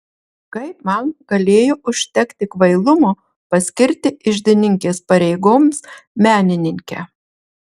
kaip man galėjo užtekti kvailumo paskirti iždininkės pareigoms menininkę